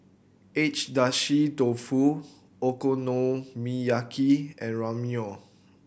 Agedashi Dofu Okonomiyaki and Ramyeon